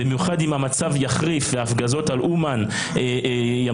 במיוחד אם המצב יחריף וההפגזות על אומן יימשכו,